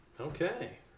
Okay